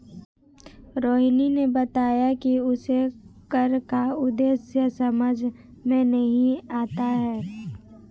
रोहिणी ने बताया कि उसे कर का उद्देश्य समझ में नहीं आता है